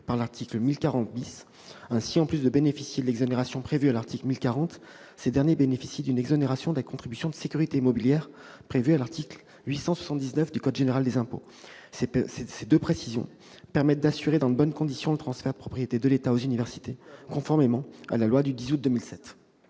par l'article 1040 Ainsi, en plus de bénéficier de l'exonération prévue à l'article 1040, ces derniers bénéficient d'une exonération de la contribution de sécurité immobilière prévue à l'article 879 du code général des impôts. Ces deux précisions permettent d'assurer dans de bonnes conditions le transfert de propriété de l'État aux universités, conformément à loi n° 2007-1199 du 10 août 2007